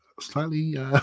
slightly